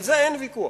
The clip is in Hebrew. על זה אין ויכוח.